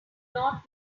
not